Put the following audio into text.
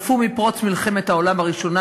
חלפו מפרוץ מלחמת העולם הראשונה,